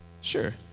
Sure